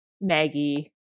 Maggie